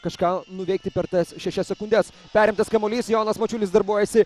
kažką nuveikti per tas šešias sekundes perimtas kamuolys jonas mačiulis darbuojasi